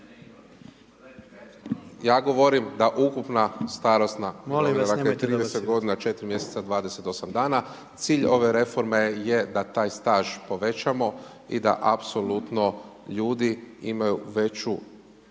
vas nemojte dobacivat./… 30 godina 4 mjeseca i 28 dana. Cilj ove reforme je da taj staž povećamo i da apsolutno ljudi imaju više